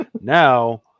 Now